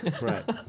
Right